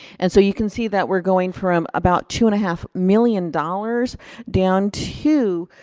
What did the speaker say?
and so you can see that we're going from about two and a half million dollars down to,